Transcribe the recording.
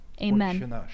Amen